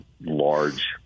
large